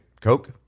Coke